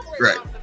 Right